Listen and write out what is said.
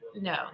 no